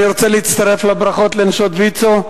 אני רוצה להצטרף לברכות לנשות ויצו.